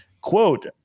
Quote